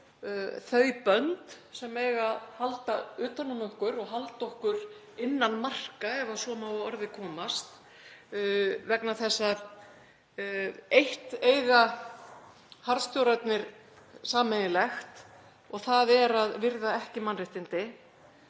þau bönd sem eiga að halda utan um okkur og halda okkur innan marka, ef svo má að orði komast, vegna þess að eitt eiga harðstjórarnir sameiginlegt og það er að virða ekki mannréttindi